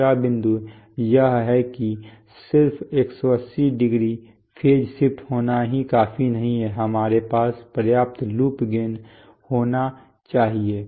दूसरा बिंदु यह है कि सिर्फ 180˚ फेज शिफ्ट होना ही काफी नहीं है हमारे पास पर्याप्त लूप गेन होना चाहिए